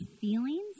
feelings